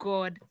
God